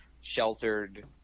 sheltered